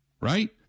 right